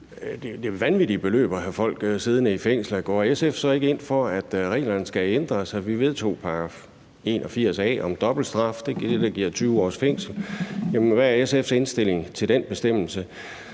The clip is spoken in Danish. os jo vanvittige beløb at have folk siddende i fængslerne – går SF så ikke ind for, at reglerne skal ændres? Og med hensyn til at vi vedtog § 81 a om dobbeltstraf – det er det, der giver 20 års fængsel – hvad er så SF's indstilling til den bestemmelse: